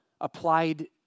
applied